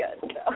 good